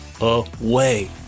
away